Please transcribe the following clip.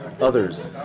others